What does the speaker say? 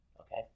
Okay